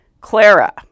Clara